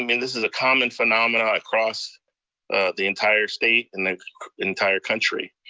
i mean this is a common phenomenon across the entire state, and the entire country.